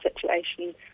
situation